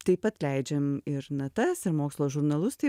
taip pat leidžiam ir natas ir mokslo žurnalus tai